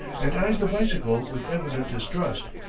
and eyes the bicycle with evident distrust,